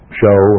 show